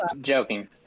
joking